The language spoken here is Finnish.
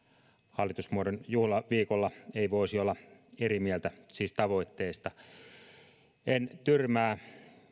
hallitusmuodon juhlaviikolla ei voisi olla eri mieltä siis tavoitteesta en tyrmää